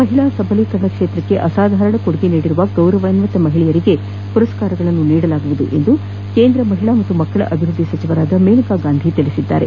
ಮಹಿಳಾ ಸಬಲೀಕರಣ ಕ್ಷೇತ್ರಕ್ಕೆ ಅಸಾಧಾರಣ ಕೊಡುಗೆ ನೀಡಿರುವ ಗೌರವಾನ್ವಿತ ಮಹಿಳೆಯರಿಗೆ ಮರಸ್ಕಾರಗಳನ್ನು ನೀಡಲಾಗುವುದು ಎಂದು ಕೇಂದ್ರ ಮಹಿಳಾ ಮತ್ತು ಮಕ್ಕಳ ಅಭಿವೃದ್ಧಿ ಸಚಿವೆ ಮೇನಕಾ ಗಾಂಧಿ ತಿಳಿಸಿದ್ದಾರೆ